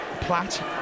Platt